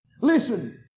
Listen